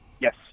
Yes